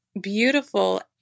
beautiful